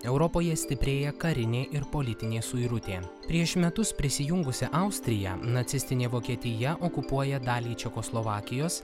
europoje stiprėja karinė ir politinė suirutė prieš metus prisijungusi austriją nacistinė vokietija okupuoja dalį čekoslovakijos